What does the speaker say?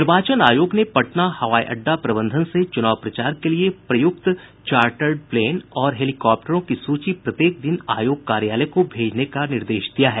निर्वाचन आयोग ने पटना हवाई अड्डा प्रबंधन से चुनाव प्रचार के लिए प्रयुक्त चार्टर्ड प्लेन और हेलीकॉप्टरों की सूची प्रत्येक दिन आयोग कार्यालय को भेजने का निर्देश दिया है